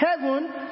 heaven